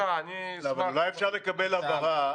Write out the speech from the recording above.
אני אשמח אם --- אבל אולי אפשר לקבל הבהרה.